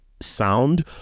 sound